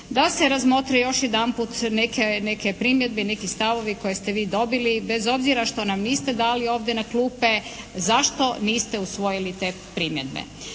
da se razmotri još jedanput neke primjedbe i neki stavovi koje ste vi dobili bez obzira što nam niste dali ovdje na klupe zašto niste usvojili te primjedbe.